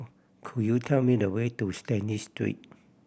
could you tell me the way to Stanley Street